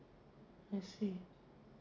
I see